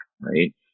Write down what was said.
right